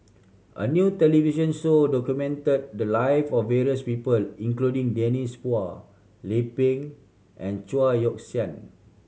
a new television show documented the live of various people including Denise Phua Lay Peng and Chao Yoke San